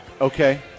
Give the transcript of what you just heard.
Okay